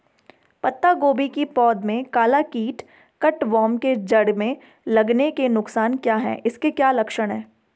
पत्ता गोभी की पौध में काला कीट कट वार्म के जड़ में लगने के नुकसान क्या हैं इसके क्या लक्षण हैं?